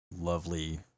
lovely